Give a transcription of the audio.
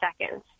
seconds